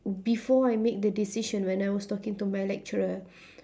before I make the decision when I was talking to my lecturer